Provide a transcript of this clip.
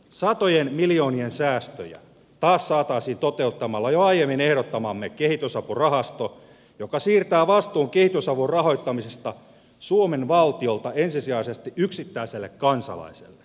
satojen miljoonien säästöjä taas saataisiin toteuttamalla jo aiemmin ehdottamamme kehitysapurahasto joka siirtää vastuun kehitysavun rahoittamisesta suomen valtiolta ensisijaisesti yksittäiselle kansalaiselle